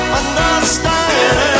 understand